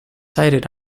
sited